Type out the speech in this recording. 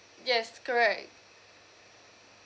yes correct